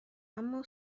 اما